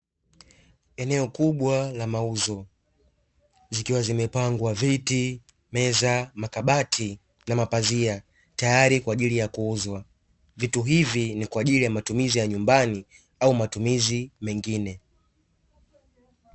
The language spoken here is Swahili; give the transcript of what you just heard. Eneo kubwa la mauzo zikiwa zimepangwa viti, meza, makabati na mapazia tayari kwa ajili ya kuuzwa vitu hivi ni kwa ajili ya matumizi ya nyumbani au matumizi mengine.